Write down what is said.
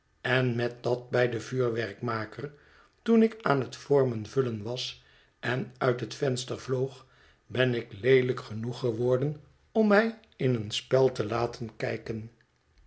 en met dat bij den vuurwerkmaker toen ik aan het vormen vullen was en uit het venster vloog ben ik leelijk genoeg geworden om mij in een spel te laten kijken